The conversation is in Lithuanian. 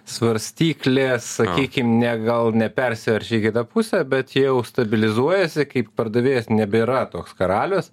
svarstyklės sakykim ne gal nepersiverčia į kitą pusę bet jau stabilizuojasi kaip pardavėjas nebėra toks karalius